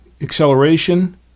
acceleration